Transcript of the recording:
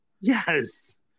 Yes